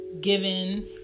given